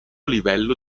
livello